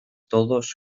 todos